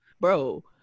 Bro